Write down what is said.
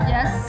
Yes